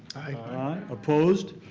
aye. opposed?